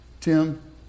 Tim